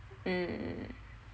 mm